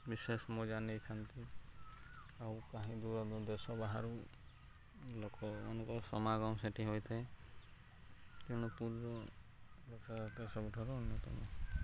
ବିଶେଷ ମଜା ନେଇଥାନ୍ତି ଆଉ କାହିଁ କେତେ ଦୂର ଦୂରରୁ ଦେଶ ବାହାରୁ ଲୋକମାନଙ୍କ ସମାଗମ ସେଇଠି ହୋଇଥାଏ ତେଣୁ ପୁରୀର ରଥଯାତ୍ରା ସବୁଠାରୁ ଅନ୍ୟତମ